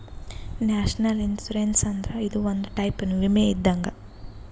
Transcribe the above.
national insurance ಅಂದ್ರ ಇದು ಒಂದ್ ಟೈಪ್ ವಿಮೆ ಇದ್ದಂಗ್